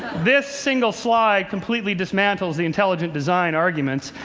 this single slide completely dismantles the intelligent design arguments.